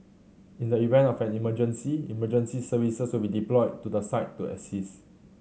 in the event of an emergency emergency services will be deployed to the site to assist